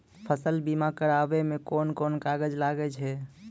फसल बीमा कराबै मे कौन कोन कागज लागै छै?